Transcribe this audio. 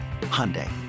Hyundai